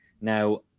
Now